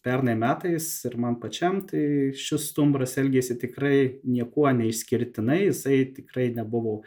pernai metais ir man pačiam tai šis stumbras elgėsi tikrai niekuo neišskirtinai jisai tikrai nebuvo